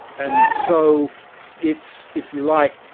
and so it's if you like,